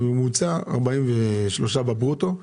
בממוצע 43 אלף בברוטו.